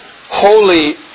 holy